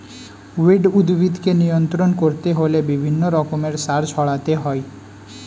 weed উদ্ভিদকে নিয়ন্ত্রণ করতে হলে বিভিন্ন রকমের সার ছড়াতে হয়